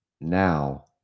now